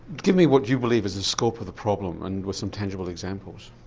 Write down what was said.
give me what you believe is the scope of the problem and with some tangible examples.